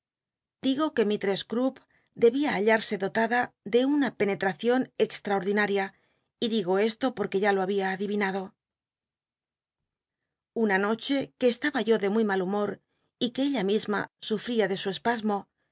digo que mistress crupp debi í halhuse dotada de una penet racion extraordinaria y digo esto porque ya lo babia adivinado una noche qu estaba yo de muy mal humor y que ella misma sufria de su espasmo